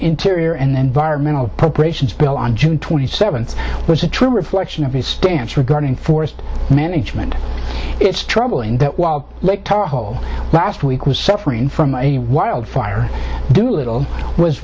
interior and environmental appropriations bill on june twenty seventh was a true reflection of his stance regarding forest management it's troubling that while last week was suffering from a wildfire there little was